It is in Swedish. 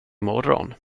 morgon